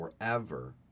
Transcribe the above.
forever